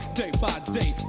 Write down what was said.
day-by-day